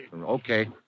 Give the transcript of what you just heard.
Okay